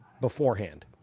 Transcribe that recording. beforehand